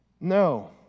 No